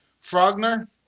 Frogner